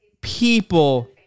people